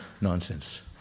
nonsense